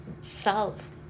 self